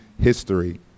history